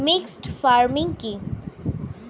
Mixed farming কি?